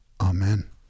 Amen